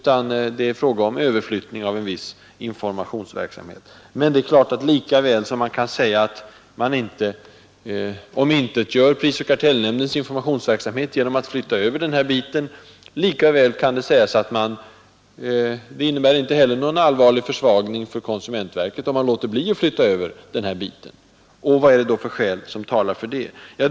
Men lika väl som det kan sägas att man inte omintetgör prisoch kartellnämndens informationsverksamhet genom att flytta över den här biten, så kan det sägas att det inte heller innebär någon allvarlig försvagning för konsumentverket, om man låter bli att flytta över den. Vilka skäl är det då som talar för att man bör låta bli?